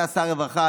אתה שר הרווחה,